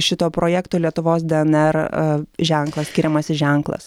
šito projekto lietuvos dnr ženklo skiriamasis ženklas